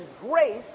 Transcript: grace